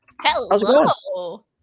Hello